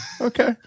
Okay